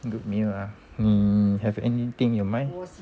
good meal ah um have anything in your mind